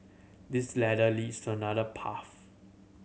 this ladder leads to another path